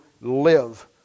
live